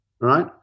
right